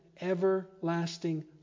everlasting